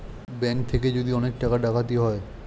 bank থেকে যদি অনেক টাকা ডাকাতি হয়